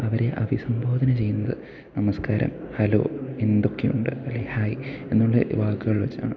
അവരെ അവിസംബോധന ചെയ്യുന്നത് നമസ്കാരം ഹലോ എന്തൊക്കെയുണ്ട് അല്ലെങ്കിൽ ഹായ് എന്നുള്ള വാക്കുകൾ വെച്ചാണ്